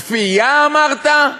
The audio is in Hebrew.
כפייה, אמרת?